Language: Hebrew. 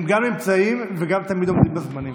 הם גם נמצאים וגם תמיד עומדים בזמנים,